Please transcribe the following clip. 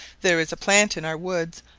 there is a plant in our woods,